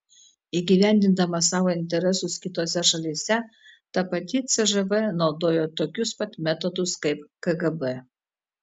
įgyvendindama savo interesus kitose šalyse ta pati cžv naudojo tokius pat metodus kaip kgb